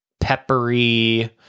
peppery